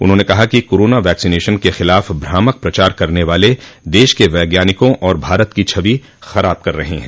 उन्होंने कहा कि कोरोना वैक्सीनेशन के ख़िलाफ़ भ्रामक प्रचार करने वाले देश के वैज्ञानिकों और भारत की छवि खराब कर रहे हैं